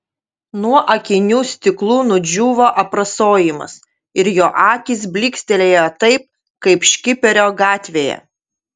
nuo akinių stiklų nudžiūvo aprasojimas ir jo akys blykstelėjo taip kaip škiperio gatvėje